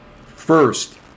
First